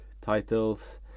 titles